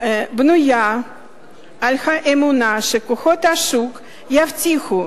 בנויה על האמונה שכוחות השוק יבטיחו